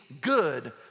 good